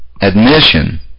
Admission